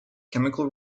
chemical